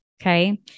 Okay